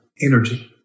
energy